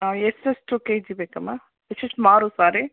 ಹಾಂ ಎಷ್ಟೆಷ್ಟು K G ಬೇಕಮ್ಮ ಏಷ್ಟೆಷ್ಟು ಮಾರು ಸಾರಿ